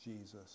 Jesus